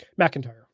McIntyre